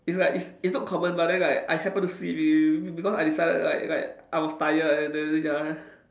it's like it's it's not common but then like I happen to see be~ because I decided like like I was tired and then ya